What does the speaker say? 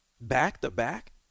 Back-to-back